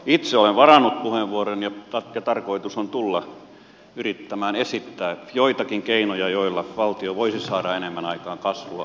itse olen varannut puheenvuoron ja tarkoitus on tulla yrittämään esittää joitakin keinoja joilla valtio voisi saada enemmän aikaan kasvua ja investointeja